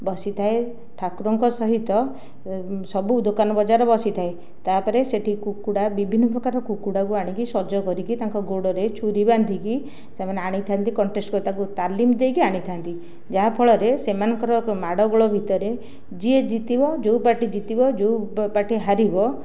ବସିଥାଏ ଠାକୁରଙ୍କ ସହିତ ସବୁ ଦୋକାନ ବଜାର ବସିଥାଏ ତା ପରେ ସେଠି କୁକୁଡ଼ା ବିଭିନ୍ନ ପ୍ରକାର କୁକୁଡ଼ାକୁ ଆଣିକି ସଜ କରିକି ତାଙ୍କ ଗୋଡ଼ରେ ଛୁରୀ ବାନ୍ଧିକି ସେମାନେ ଅଣିଥାନ୍ତି କନ୍ଟେଷ୍ଟ କରି ତାକୁ ତାଲିମ ଦେଇକି ଆଣିଥାନ୍ତି ଯାହାଫଳରେ ସେମାନଙ୍କର ଏକ ମାଡ଼ ଗୋଳ ଭିତରେ ଯିଏ ଜିତିବ ଯେଉଁ ପାର୍ଟି ଜିତିବ ଯେଉଁ ପାର୍ଟି ହାରିବ